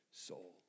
soul